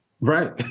Right